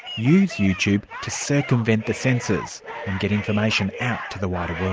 use youtube to circumvent the censors and get information out to the wider